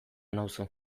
nauzu